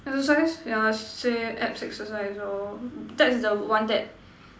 exercise yeah say abs exercise lor that's the one that